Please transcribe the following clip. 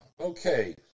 okay